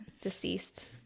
deceased